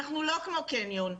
אנחנו לא כמו קניון.